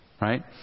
right